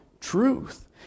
truth